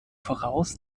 voraus